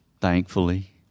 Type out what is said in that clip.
thankfully